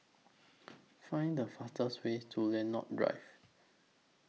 Find The fastest Way to Lentor Drive